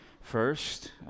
first